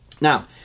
Now